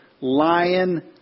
lion